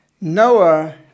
Noah